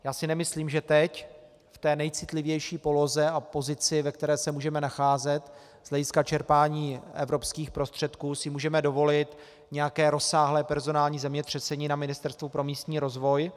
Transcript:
Já si nemyslím, že teď, v té nejcitlivější poloze a pozici, ve které se můžeme nacházet z hlediska čerpání evropských prostředků, si můžeme dovolit nějaké rozsáhlé personální zemětřesení na Ministerstvu pro místní rozvoj.